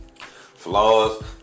Flaws